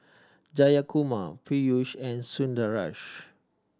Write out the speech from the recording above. Jayakumar Peyush and Sundaresh